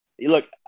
Look